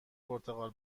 پرتغال